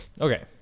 Okay